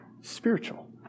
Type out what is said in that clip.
Spiritual